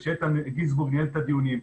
כשאיתן גינזבורג ניהל את הדיונים,